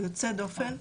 הוא יוצא דופן,